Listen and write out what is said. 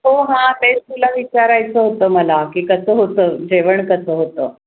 हो ना तेच तुला विचारायचं होतं मला की कसं होतं जेवण कसं होतं